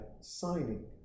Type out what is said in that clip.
signing